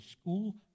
school